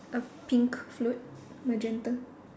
a pink float magenta